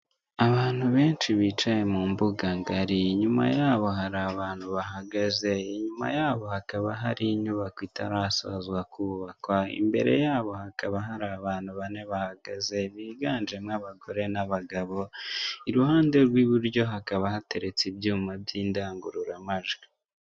Abantu benshi bicaye mu mbuganga ngari, inyuma yabo hari abantu bahagaze, inyuma yabo hakaba hari inyubako itarasozwa kubakwa, imbere yabo hakaba hari abantu bane bahagaze, biganjemo abagore n'abagabo, iruhande rw'iburyo hakaba hateretse ibyuma by'indangururamajwi.